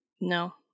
No